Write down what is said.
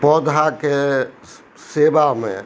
पौधाके सेवामे